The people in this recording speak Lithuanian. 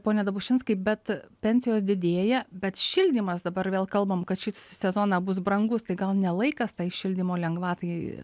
pone dabušinskai bet pensijos didėja bet šildymas dabar vėl kalbam kad šį sezoną bus brangūs tai gal ne laikas tai šildymo lengvatai